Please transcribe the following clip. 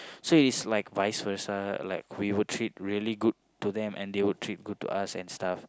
so it's like vice versa like we will treat really good to them and they will treat good to us and stuff